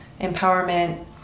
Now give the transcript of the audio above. empowerment